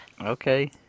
Okay